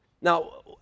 Now